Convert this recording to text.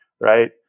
right